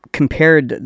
compared